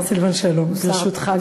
השר סילבן שלום, ברשותך.